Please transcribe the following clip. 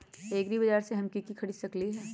एग्रीबाजार से हम की की खरीद सकलियै ह?